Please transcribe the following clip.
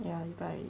ya he buy already